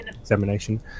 examination